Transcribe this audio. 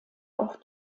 auch